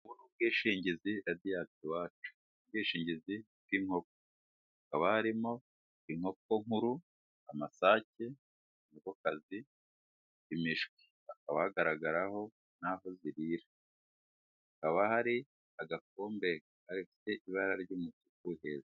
Ubwishingizi Radiyanti iwacu, ubwishingizi bw'inkoko hakaba harimo inkoko nkuru (amasake, inkokokazi), imishwi. Hakaba hagaragaraho n'aho zirira, hakaba hari agakombe gafite ibara ry'umutuku hejuru.